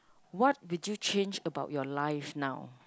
what would you change about your life now